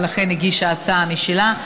ולכן הגישה הצעה משלה,